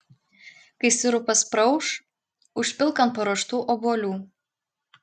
kai sirupas praauš užpilk ant paruoštų obuolių